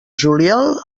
juliol